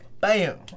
Bam